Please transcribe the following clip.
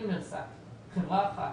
חברה אחת.